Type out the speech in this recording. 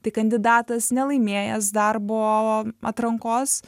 tai kandidatas nelaimėjęs darbo atrankos